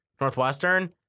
Northwestern